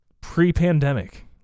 pre-pandemic